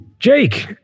Jake